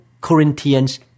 Corinthians